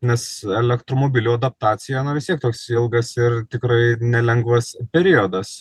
nes elektromobilių adaptacija na vis tiek toks ilgas ir tikrai nelengvas periodas